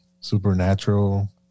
supernatural